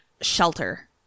shelter